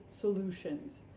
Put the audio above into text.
solutions